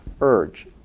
urge